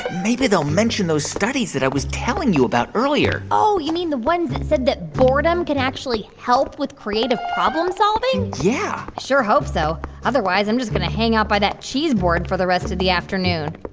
maybe they'll mention those studies that i was telling you about earlier oh, you mean the ones that said that boredom can actually help with creative problem-solving? yeah sure hope so. otherwise, i'm just going to hang out by that cheese board for the rest of the afternoon.